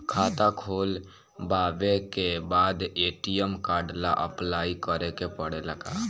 खाता खोलबाबे के बाद ए.टी.एम कार्ड ला अपलाई करे के पड़ेले का?